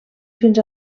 fins